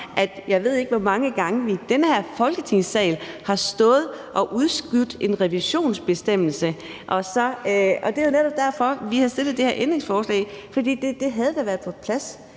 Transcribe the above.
Jeg ved ikke, hvor mange gange vi har stået i den her Folketingssal og udskudt en revisionsbestemmelse, og det er netop derfor, vi har stillet det her ændringsforslag. For det havde da været på plads